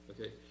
okay